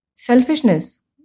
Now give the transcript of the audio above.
Selfishness